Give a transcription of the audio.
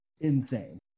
insane